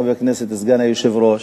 חבר הכנסת סגן היושב-ראש,